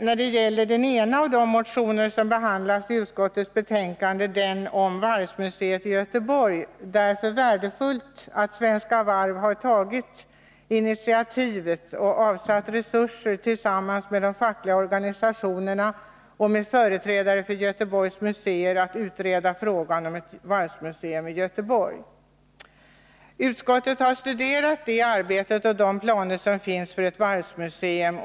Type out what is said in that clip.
När det gäller den motion om varvsmuseet i Göteborg som behandlas i utskottsbetänkande är det därför värdefullt att Svenska Varv har tagit initiativet och avsatt resurser för att tillsammans med de fackliga organisationerna och företrädare för Göteborgs museer utreda frågan om ett varvsmuseum i Göteborg. Utskottet har studerat det arbete som gjorts och de planer som finns för ett varvsmuseum i Göteborg.